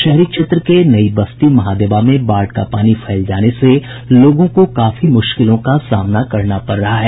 शहरी क्षेत्र के नयी बस्ती महादेवा में बाढ़ का पानी के फैल जाने से लोगों को काफी मुश्किलों का सामना करना पड़ रहा है